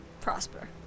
prosper